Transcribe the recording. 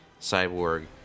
Cyborg